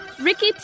Ricky